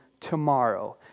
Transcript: tomorrow